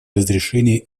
разрешении